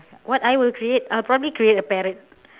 what I will create I will probably create a parrot